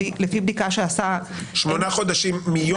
לפי בדיקה שעשה --- שמונה חודשים מיום